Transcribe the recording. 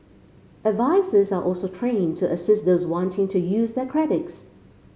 advisers are also trained to assist those wanting to use their credits